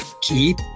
keep